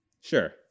Sure